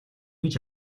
гэж